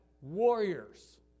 Warriors